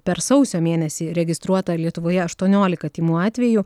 per sausio mėnesį registruota lietuvoje aštuoniolika tymų atvejų